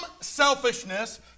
selfishness